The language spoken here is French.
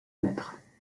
mètres